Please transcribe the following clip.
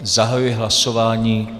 Zahajuji hlasování.